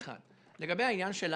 לגבי העניין של העבר,